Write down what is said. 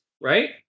Right